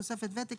תוספת וותק,